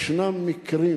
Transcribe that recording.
יש מקרים